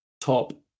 top